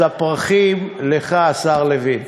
אז הפרחים, לך, השר לוין.